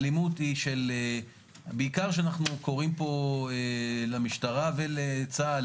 בעיקר אנחנו קוראים פה למשטרה ולצה"ל